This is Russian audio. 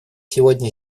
сегодня